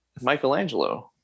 Michelangelo